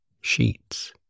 sheets